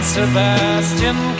Sebastian